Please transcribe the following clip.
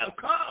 come